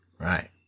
right